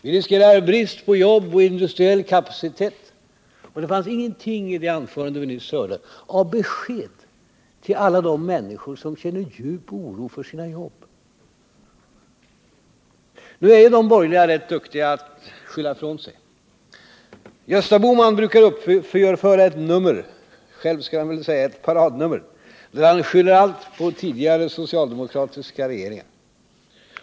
Vi riskerar brist på jobb och industriell kapacitet. Och det fanns ingenting, i det anförande vi nyss hörde, av besked till alla de människor som känner djup oro för sina jobb. Nu är de borgerliga rätt duktiga på att skylla ifrån sig. Gösta Bohman brukar uppföra ett nummer -— själv skulle han väl säga paradnummer — där han skyller allt på tidigare socialdemokratiska regeringar.